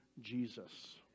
Jesus